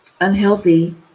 unhealthy